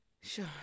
Sure